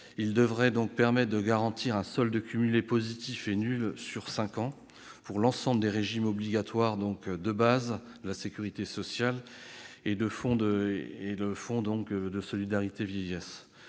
devrait permettre de garantir un solde cumulé positif ou nul sur cinq ans, pour l'ensemble des régimes obligatoires de base de la sécurité sociale et le Fonds de solidarité vieillesse